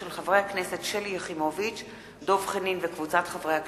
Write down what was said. של חברי הכנסת שלי יחימוביץ ודב חנין וקבוצת חברי הכנסת,